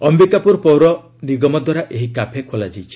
ଅମ୍ଭିକାପୁର ପୌର ନିଗମଦ୍ୱାରା ଏହି କାଫେ ଖୋଲାଯାଇଛି